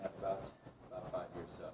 about five years.